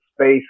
space